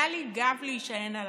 היה לי גב להישען עליו.